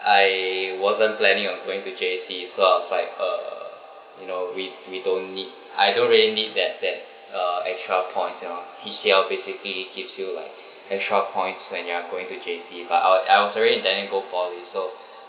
I wasn't planning on going to J_C so I was like uh you know we we don't need I don't really need that that uh extra points you know C_C_A basically gives you like extra points when you are going to J_C but I was I was already planning go poly so